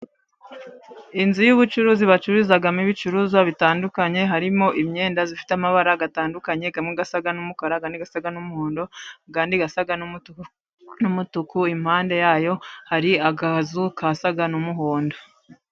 Inzu y'ubucuruzi bacururizamo ibicuruzwa bitandukanye, harimo imyenda ifite amabara atandukanye, amwe asa n'umukara andi asa n'umuhondo ayandi asa n'umutuku, impande yayo hari akazu gasa n'umuhondo.